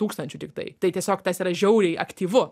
tūkstančių tiktai tai tiesiog tas yra žiauriai aktyvu